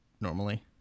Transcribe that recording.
normally